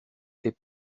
est